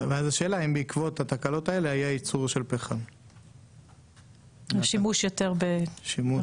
האם בעקבות התקלות האלה היה יותר שימוש בפחם?